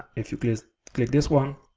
if you click this one,